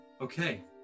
Okay